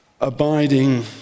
abiding